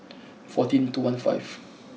fourteen two one five